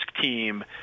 team